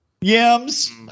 Yams